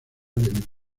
del